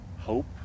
hope